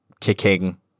kicking